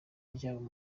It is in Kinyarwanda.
ryabo